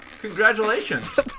congratulations